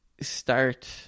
start